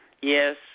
yes